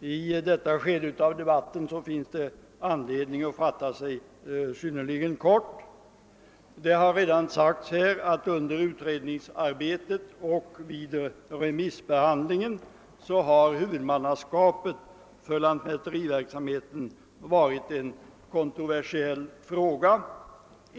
I detta skede av debatten finns det anledning att fatta sig synnerligen kort. Här har redan erinrats om att under utredningsarbetet och vid remissbehandlingen har huvudmannaskapet för lantmäteriverksamheten varit en kontroversiell fråga.